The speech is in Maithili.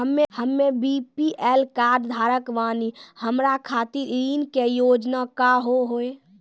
हम्मे बी.पी.एल कार्ड धारक बानि हमारा खातिर ऋण के योजना का होव हेय?